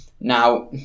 Now